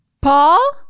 Paul